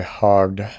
hogged